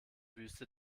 wüste